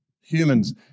humans